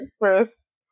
first